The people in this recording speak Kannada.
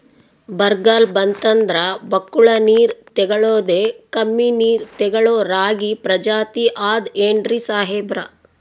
ಬರ್ಗಾಲ್ ಬಂತಂದ್ರ ಬಕ್ಕುಳ ನೀರ್ ತೆಗಳೋದೆ, ಕಮ್ಮಿ ನೀರ್ ತೆಗಳೋ ರಾಗಿ ಪ್ರಜಾತಿ ಆದ್ ಏನ್ರಿ ಸಾಹೇಬ್ರ?